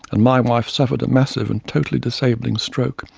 and my wife suffered a massive and totally disabling stroke,